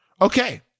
Okay